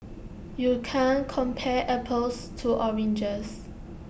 you can't compare apples to oranges